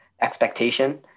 expectation